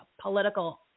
political